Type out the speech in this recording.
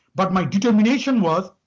but my determination was